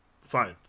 fine